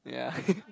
yeah